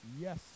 yes